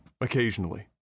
occasionally